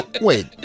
wait